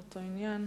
בבקשה.